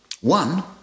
One